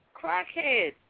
crackhead